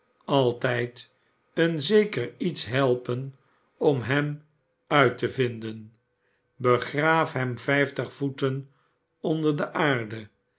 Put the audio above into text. altijd een zeker iets helpen om hem uit te vinden begraaf hem vijftig voeten onder de aarde